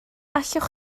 allwch